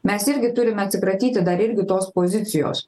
mes irgi turime atsikratyti dar irgi tos pozicijos